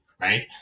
right